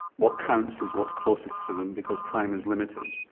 what counts is what is closest to them because time is limited.